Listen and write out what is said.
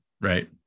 Right